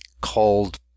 called